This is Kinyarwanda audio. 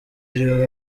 iriho